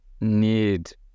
need